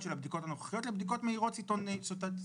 של הבדיקות הנוכחיות לבדיקות מהירות סיטונאיות,